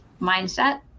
mindset